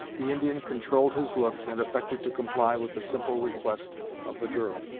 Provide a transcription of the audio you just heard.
the indian controlled his looks, and affected to comply with the simple request of the girl.